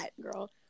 girl